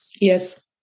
Yes